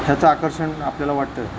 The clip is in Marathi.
ह्याचं आकर्षण आपल्याला वाटतं